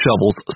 shovels